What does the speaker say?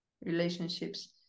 relationships